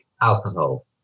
alcohol